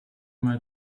mal